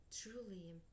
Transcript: truly